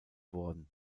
worden